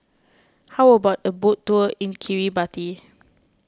how about a boat tour in Kiribati